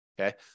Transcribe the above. Okay